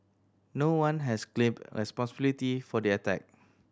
no one has claimed responsibility for the attack